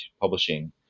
publishing